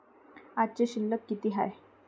आजची शिल्लक किती हाय?